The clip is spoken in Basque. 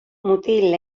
mutil